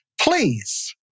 please